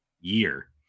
year